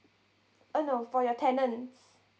uh no for your tenants